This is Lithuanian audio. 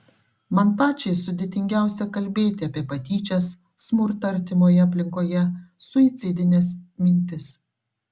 man pačiai sudėtingiausia kalbėti apie patyčias smurtą artimoje aplinkoje suicidines mintis